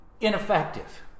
ineffective